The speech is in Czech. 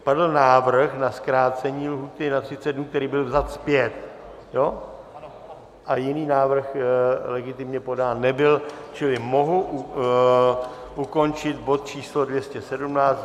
Padl návrh na zkrácení lhůty na 30 dnů, který byl vzat zpět, jiný návrh legitimně podán nebyl, čili mohu ukončit bod číslo 217.